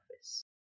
office